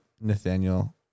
Nathaniel